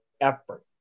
effort